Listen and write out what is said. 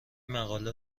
مقاله